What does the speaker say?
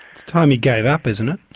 it's time you gave up, isn't it?